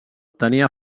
tenia